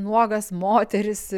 nuogas moteris